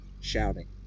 shouting